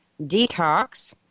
detox